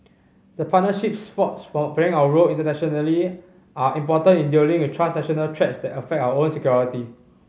the partnerships forged from playing our role internationally are important in dealing with transnational threats that affect our own security